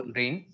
rain